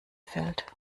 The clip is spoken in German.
fällt